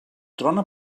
trona